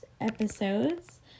episodes